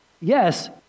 yes